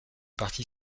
parti